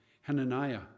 Hananiah